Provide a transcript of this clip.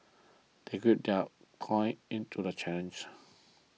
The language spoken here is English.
they gird their into the challenge